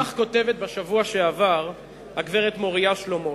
כך כותבת בשבוע שעבר הגברת מוריה שלומות.